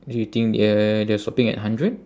do you think they are they are stopping at hundred